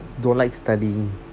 don't like studying